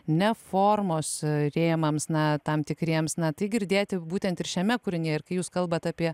ne formos rėmams na tam tikriems na tai girdėti būtent ir šiame kūrinyje ir kai jūs kalbat apie